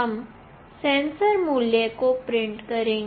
हम सेंसर मूल्य को प्रिंट करेंगे